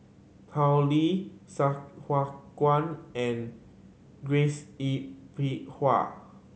Tao Li Sai Hua Kuan and Grace Yin Peck Ha